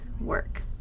work